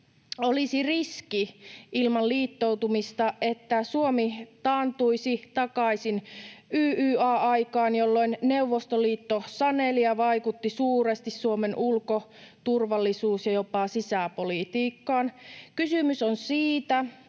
olisi ilman liittoutumista se riski, että Suomi taantuisi takaisin YYA-aikaan, jolloin Neuvostoliitto saneli ja vaikutti suuresti Suomen ulko-, turvallisuus- ja jopa sisäpolitiikkaan. Kysymys on siitä,